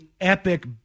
epic